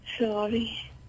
Sorry